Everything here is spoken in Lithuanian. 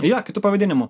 jo kitu pavadinimu